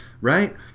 right